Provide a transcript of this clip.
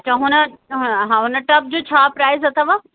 त हुन हा हुन टब जो छा प्राइज़ अथव